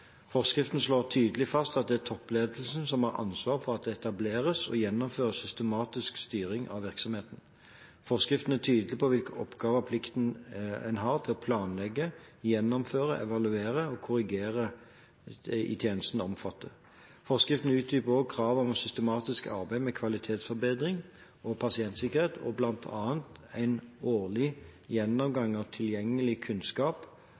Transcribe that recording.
Forskriften slår tydelig fast at det er toppledelsen som har ansvar for at det etableres og gjennomføres systematisk styring av virksomheten. Forskriften er tydelig på hvilke oppgaver plikten man har til å planlegge, gjennomføre, evaluere og korrigere i tjenesten, omfatter. Forskriften utdyper også kravet om systematisk arbeid med kvalitetsforbedring og pasientsikkerhet, bl.a. en årlig gjennomgang av tilgjengelig kunnskap